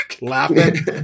laughing